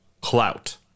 clout